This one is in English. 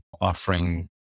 offering